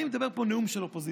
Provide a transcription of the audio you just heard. אני פה בנאום של אופוזיציה,